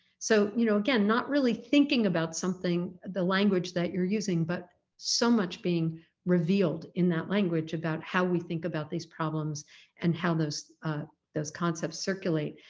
so you know, again not really thinking about something the language that you're using but so much being revealed in that language about how we think about these problems and how those those concepts circulate.